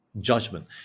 judgment